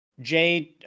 Jade